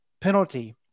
penalty